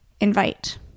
invite